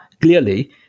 clearly